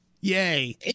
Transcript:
Yay